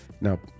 Now